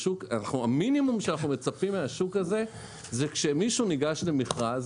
המינימום שאנחנו מצפים מהשוק הזה זה שכשמישהו ניגש למכרז,